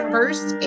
First